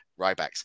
Rybacks